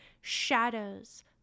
Shadows